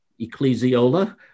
ecclesiola